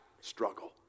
struggle